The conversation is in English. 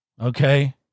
Okay